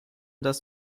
das